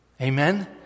Amen